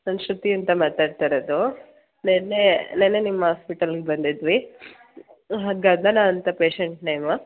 ನಾನು ಶೃತಿ ಅಂತ ಮಾತಾಡ್ತಾ ಇರೋದು ನೆನ್ನೆ ನೆನ್ನೆ ನಿಮ್ಮ ಹಾಸ್ಪಿಟಲ್ಲಿಗೆ ಬಂದಿದ್ವಿ ಗಗನ ಅಂತ ಪೇಶೆಂಟ್ ನೇಮು